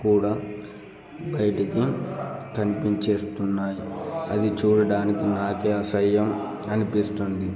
కూడా బయటికి కనిపిస్తున్నాయి అది చూడడానికి నాకు అసహ్యం అనిపిస్తుంది